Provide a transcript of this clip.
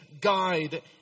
guide